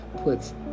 puts